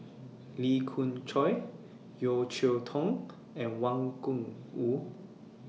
Lee Khoon Choy Yeo Cheow Tong and Wang Gungwu